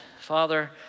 Father